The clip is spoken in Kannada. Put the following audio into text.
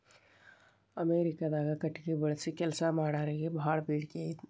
ಅಮೇರಿಕಾದಾಗ ಕಟಗಿ ಬಳಸಿ ಕೆಲಸಾ ಮಾಡಾರಿಗೆ ಬಾಳ ಬೇಡಿಕೆ ಅಂತ